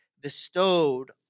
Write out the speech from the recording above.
bestowed